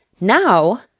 Now